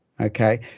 okay